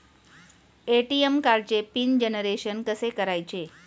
ATM कार्डचे PIN generation कसे करायचे?